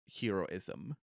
heroism